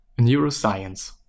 neuroscience